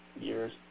years